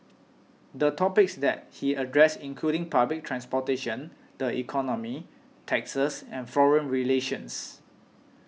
the topics that he addressed included public transportation the economy taxes and foreign relations